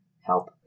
help